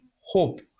hope